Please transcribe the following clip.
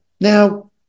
Now